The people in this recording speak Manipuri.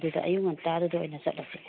ꯑꯗꯨꯗ ꯑꯌꯨꯛ ꯉꯟꯇꯥꯗꯨꯗ ꯑꯣꯏꯅ ꯆꯠꯂꯁꯦ